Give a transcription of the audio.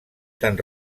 tant